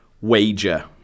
wager